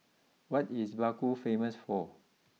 what is Baku famous for